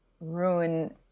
ruin